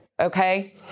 Okay